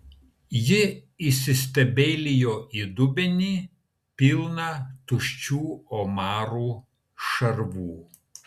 ji įsistebeilijo į dubenį pilną tuščių omarų šarvų